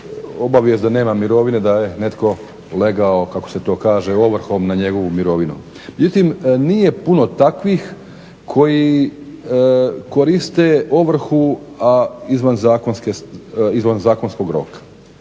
obavijest da nema mirovine da je netko legao, kako se to kaže, ovrhom nad njegovom mirovinom. Međutim, nije puno takvih koji koriste ovrhu, a izvan zakonskog roka.